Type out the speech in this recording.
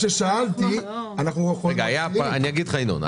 אני אגיד לך, ינון.